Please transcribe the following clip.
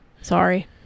Sorry